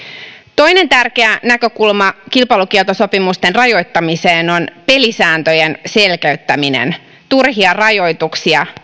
toinen tärkeä näkökulma kilpailukieltosopimusten rajoittamiseen on pelisääntöjen selkeyttäminen karsimalla turhia rajoituksia